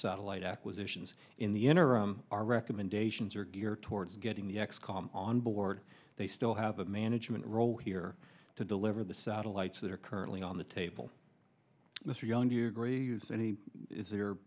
satellite acquisitions in the interim our recommendations are geared towards getting the x com on board they still have a management role here to deliver the satellites that are currently on the table mr young do you agree is any is there